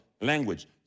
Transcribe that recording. language